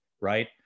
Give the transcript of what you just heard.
right